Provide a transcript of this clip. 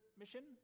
mission